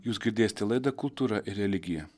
jūs girdėsite laidą kultūra ir religija